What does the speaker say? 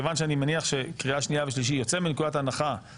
קיבל החלטה הנוגעת לתורם,